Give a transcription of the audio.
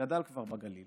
שגדל כבר בגליל